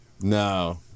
No